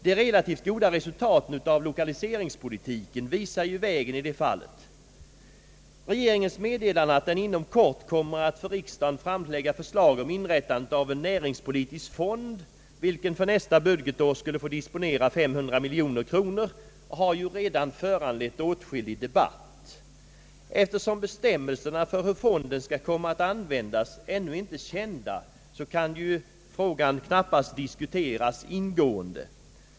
De relativt goda resultaten av lokaliseringspolitiken visar ju vägen i det fallet. Regeringens meddelande att den inom kort kommer att för riksdagen framlägga förslag om inrättandet av en näringspolitisk fond, vilken för nästa budgetår skulle få disponera 500 miljoner kronor, har ju redan föranlett åtskillig debatt. Eftersom bestämmelserna för fondens användning ännu inte är kända, kan frågan knappast diskuteras ingående.